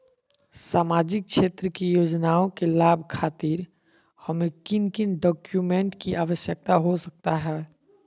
सामाजिक क्षेत्र की योजनाओं के लाभ खातिर हमें किन किन डॉक्यूमेंट की आवश्यकता हो सकता है?